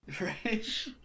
Right